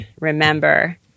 remember